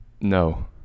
No